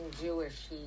jewish